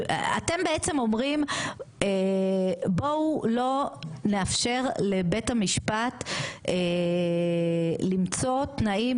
אתם בעצם אומרים בואו לא נאפשר לבית המשפט למצוא תנאים